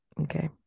okay